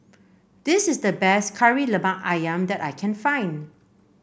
this is the best Kari Lemak ayam that I can find